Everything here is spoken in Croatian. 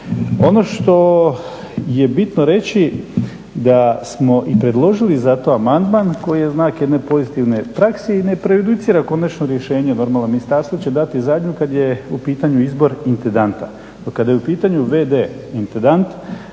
Ono što je bitno reći da smo i predložili za to amandman koji je znak jedne pozitivne prakse i ne prejudicira konačno rješenje, normalno ministarstvo će dati zadnju kada je u pitanju intendanta, no kada je u pitanju v.d. intendant,